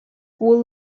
would